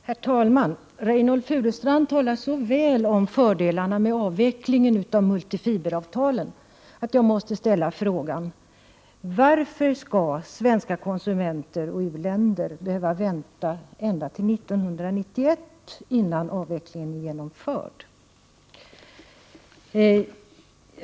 Herr talman! Reynoldh Furustrand talade så väl om förutsättningarna för en avveckling av multifiberavtalet att jag måste ställa frågan: Varför skall svenska konsumenter och u-länder behöva vänta ända till 1991 innan avvecklingen är genomförd?